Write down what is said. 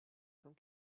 tant